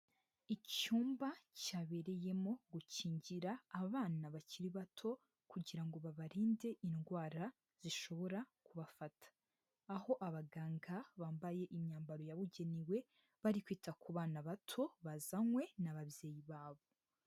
Icyumba cyabereyemo gukingira abana bakiri bato kugira ngo babarinde indwara zishobora kubafata. Aho abaganga bambaye imyambaro yabugenewe, bari kwita ku bana bato bazanwe n'ababyeyi babo.